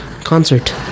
Concert